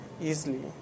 easily